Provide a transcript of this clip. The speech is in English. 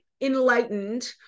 enlightened